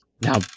now